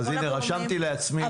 אז הינה, רשמתי לעצמי לפני.